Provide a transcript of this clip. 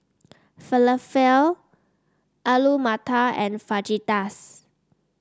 Falafel Alu Matar and Fajitas